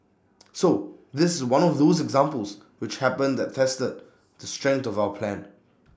so this is one of those examples which happen that tested the strength of our plan